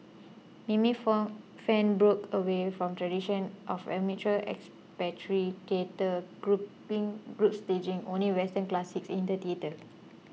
mimi Fan broke away from a tradition of amateur expatriate theatre groups staging only Western classics in the theatre